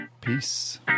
Peace